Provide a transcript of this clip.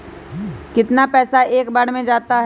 कितना पैसा एक बार में जाता है?